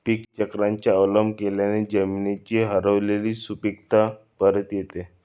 पीकचक्राचा अवलंब केल्याने जमिनीची हरवलेली सुपीकता परत येते